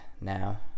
now